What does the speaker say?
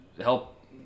help